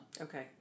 Okay